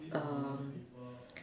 err